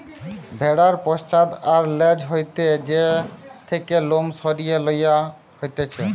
ভেড়ার পশ্চাৎ আর ল্যাজ হইতে যে থেকে লোম সরিয়ে লওয়া হতিছে